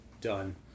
Done